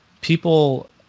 people